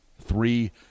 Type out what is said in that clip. three